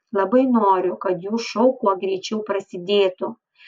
labai noriu kad jų šou kuo greičiau prasidėtų